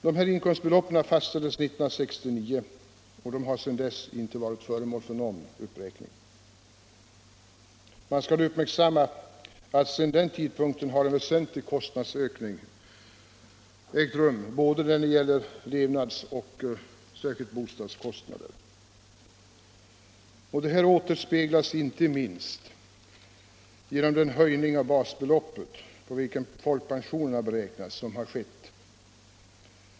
Dessa inkomstbelopp fastställdes 1969 och har sedan dess inte varit föremål för någon uppräkning. Man skall uppmärksamma att sedan den tidpunkten har en väsentlig kostnadsökning ägt rum både när det gäller levnadsoch bostadskostnader. Detta återspeglas inte minst genom den höjning av basbeloppet, på vilket folkpensionerna beräknas, som har skett.